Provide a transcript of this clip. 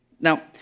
Now